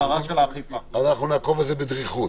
אנחנו נעקוב אחרי זה בדריכות.